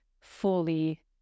fully